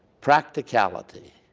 practicality.